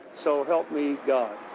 so help me god.